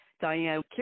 Diane